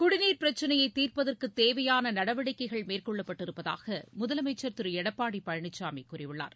குடிநீர் பிரச்சனையைதீர்ப்பதற்குதேவையானநடவடிக்கைகள் மேற்கொள்ளப்பட்டிருப்பதாகமுதலமைச்சர் திருஎடப்பாடிபழனிசாமிகூறியுள்ளார்